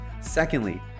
Secondly